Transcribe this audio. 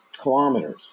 kilometers